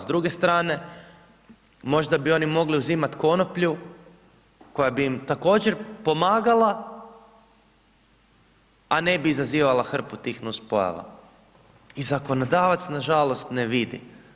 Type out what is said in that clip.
S druge strane, možda bi oni mogli uzimati konoplju, koja bi im također pomagala a ne bi izazivala hrpu tih nuspojava i zakonodavac nažalost ne vidi.